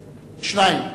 שניים.